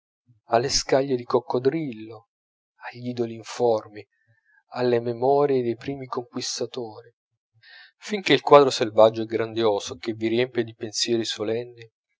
alle scaglie di coccodrillo agl'idoli informi alle memorie dei primi conquistatori fin che il quadro selvaggio e grandioso che vi riempie di pensieri solenni